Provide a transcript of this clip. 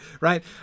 right